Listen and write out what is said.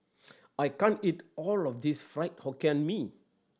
I can't eat all of this Fried Hokkien Mee